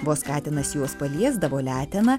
vos katinas juos paliesdavo letena